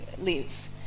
live